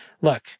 look